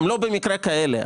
לא במקרה הן כאלה.